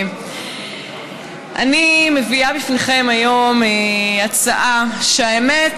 אני מביאה בפניכם היום הצעה שהאמת